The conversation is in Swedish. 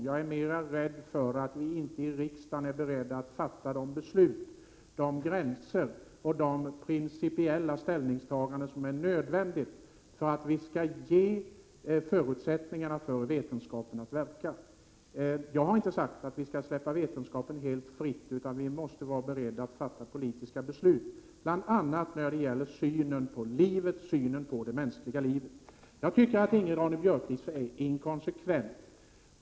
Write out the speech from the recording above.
Jag är mera rädd för att vi inte i riksdagen är beredda att fatta de beslut, fastställa de gränser och göra de principiella ställningstaganden som är nödvändiga för att vi skall ge vetenskapen förutsättningarna för att verka. Jag har inte sagt att vi skall släppa vetenskapen helt fri. Vi måste vara beredda att fatta politiska beslut, bl.a. när det gäller synen på det mänskliga livet. Jag tycker att Ingrid Ronne-Björkqvist är inkonsekvent.